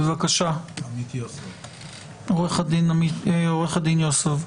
בבקשה, עורך הדין יוסוב.